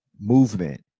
movement